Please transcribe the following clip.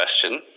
question